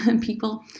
people